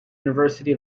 university